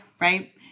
right